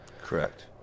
Correct